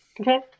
Okay